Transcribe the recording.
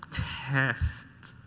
test.